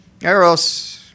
Eros